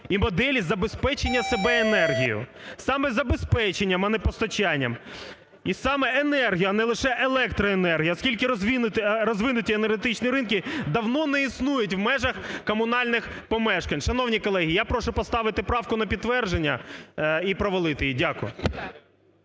і моделі забезпечення себе енергією. Саме забезпечення, а не постачання, і саме енергії, а не лише електроенергії, оскільки розвинуті енергетичні ринки давно не існують в межах комунальних помешкань. Шановні колеги, я прошу поставити правку на підтвердження і провалити її. Дякую.